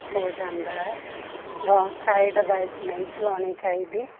ਹੋ ਜਾਂਦਾ ਹੈ ਰੋਂਗ ਸਾਈਡ ਬਾਈਕ ਨਹੀਂ ਚਲਾਉਣੀ ਚਾਹੀਦੀ